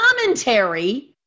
commentary